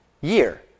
year